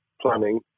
planning